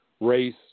Race